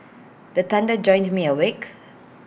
the thunder jolt me awake